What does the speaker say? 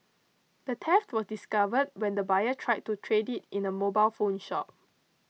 the theft was discovered when the buyer tried to trade it in a mobile phone shop